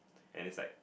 and it's like